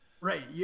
Right